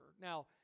Now